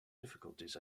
difficulties